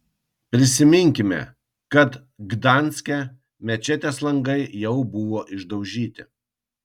prisiminkime kad gdanske mečetės langai jau buvo išdaužyti